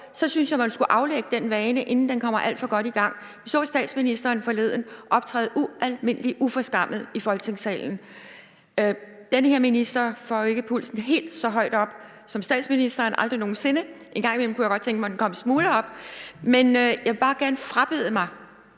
Så synes jeg, man skulle aflægge sig den vane, inden den kommer alt for godt i gang. Vi så statsministeren forleden optræde ualmindelig uforskammet i Folketingssalen. Den her minister får ikke pulsen helt så højt op som statsministeren – aldrig nogen sinde, en gang imellem kunne jeg godt tænke mig, at den kom en smule op – men jeg vil bare gerne frabede mig,